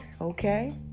Okay